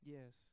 Yes